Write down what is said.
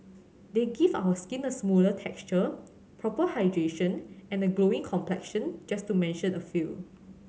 they give our skin a smoother texture proper hydration and a glowing complexion just to mention a few